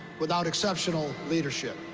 without exceptional leadership.